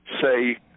say